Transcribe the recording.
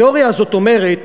התיאוריה הזאת אומרת